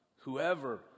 whoever